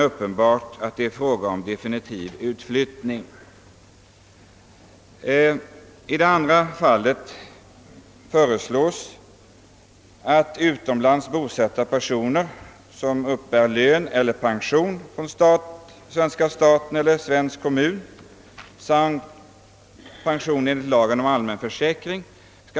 Herr Brandt nämnde också att till och med lagtextförfattarna har tänkt sig ett dispensförfarande.